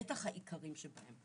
בטח העיקריים שבהם.